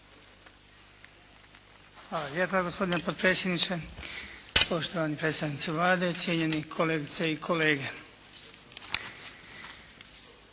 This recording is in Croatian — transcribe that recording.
Hvala lijepa gospodine potpredsjedniče, poštovani predstavnici Vlade, cijenjeni kolegice i kolege.